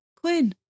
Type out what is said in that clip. quinn